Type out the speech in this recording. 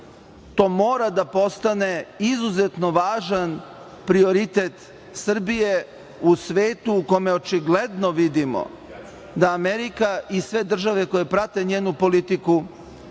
To mora da postane izuzetno važan prioritet Srbije u svetu u kome očigledno vidimo da Amerika i sve države koje prate njenu politiku